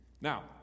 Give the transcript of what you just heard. Now